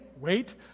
Wait